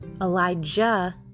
Elijah